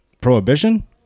prohibition